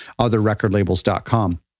otherrecordlabels.com